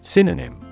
Synonym